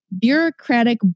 bureaucratic